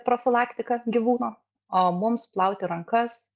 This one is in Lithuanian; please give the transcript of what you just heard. profilaktika gyvūno o mums plauti rankas